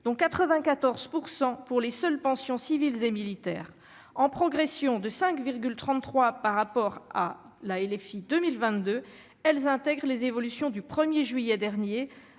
Dont 94 % pour les seules pensions civiles et militaires, en progression de 5,33 par rapport à la et les filles 2022, elles intègrent les évolutions du 1er juillet dernier